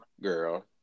girl